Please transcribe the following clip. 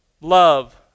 Love